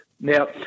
Now